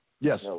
yes